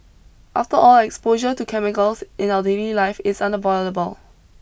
after all exposure to chemicals in our daily life is unavoidable